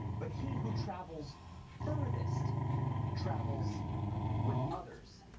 but he who travels furthest travels with others.